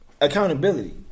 Accountability